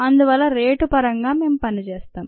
అందువల్ల రేటు పరంగా మేం పనిచేస్తాం